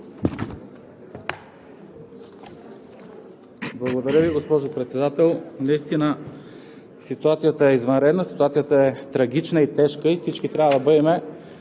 Благодаря Ви, госпожо Председател. Наистина ситуацията е извънредна, ситуацията е трагична, тежка и всички трябва да бъдем